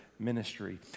Ministry